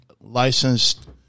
licensed